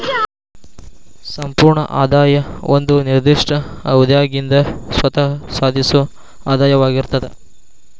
ಸಂಪೂರ್ಣ ಆದಾಯ ಒಂದ ನಿರ್ದಿಷ್ಟ ಅವಧ್ಯಾಗಿಂದ್ ಸ್ವತ್ತ ಸಾಧಿಸೊ ಆದಾಯವಾಗಿರ್ತದ